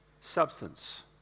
substance